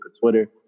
twitter